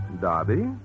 Darby